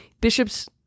bishops